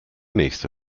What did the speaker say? nächste